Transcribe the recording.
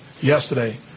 yesterday